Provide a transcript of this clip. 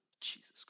Jesus